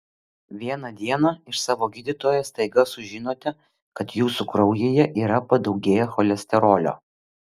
vieną dieną iš savo gydytojo staiga sužinote kad jūsų kraujyje yra padaugėję cholesterolio